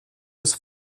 was